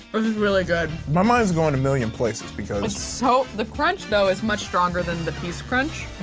is really good. my mind is going a million places because it's so, the crunch though is much stronger than the piece crunch,